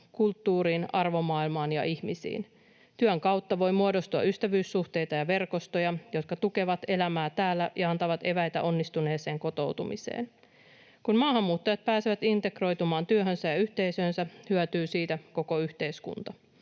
kulttuuriin, arvomaailmaan ja ihmisiin. Työn kautta voi muodostua ystävyyssuhteita ja verkostoja, jotka tukevat elämää täällä ja antavat eväitä onnistuneeseen kotoutumiseen. Kun maahanmuuttajat pääsevät integroitumaan työhönsä ja yhteisöönsä, hyötyy siitä koko yhteiskunta.